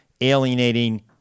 alienating